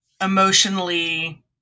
emotionally